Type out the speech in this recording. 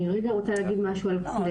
לא,